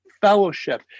fellowship